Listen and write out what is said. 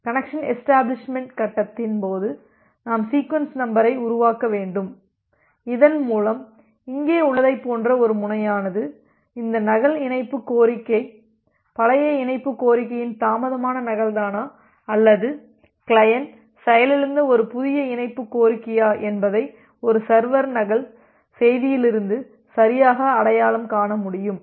connection establishment கட்டத்தின் போது நாம் சீக்வென்ஸ் நம்பரை உருவாக்க வேண்டும் இதன்மூலம் இங்கே உள்ளதைப் போன்ற ஒரு முனையானது இந்த நகல் இணைப்பு கோரிக்கை பழைய இணைப்பு கோரிக்கையின் தாமதமான நகல்தானா அல்லது கிளையன்ட் செயலிழந்த ஒரு புதிய இணைப்பு கோரிக்கையா என்பதை ஒரு சர்வர் நகல் செய்தியிலிருந்து சரியாக அடையாளம் காண முடியும்